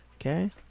Okay